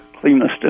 cleanest